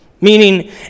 Meaning